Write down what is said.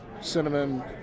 cinnamon